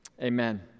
amen